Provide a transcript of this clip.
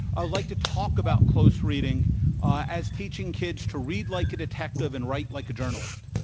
ah liked to talk about close reading as teaching kids to read like a detective and write like a journalist.